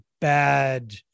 bad